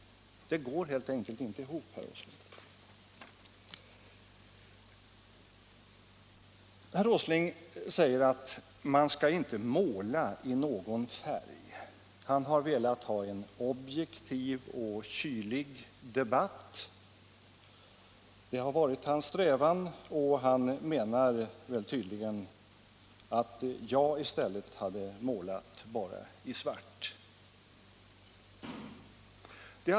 Det går helt enkelt inte ihop, herr Åsling! Herr Åsling säger att man inte skall måla i någon färg — han har eftersträvat en objektiv och kylig debatt. Tydligen menar han att jag hade målat bara i svart.